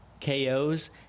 KOs